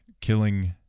killing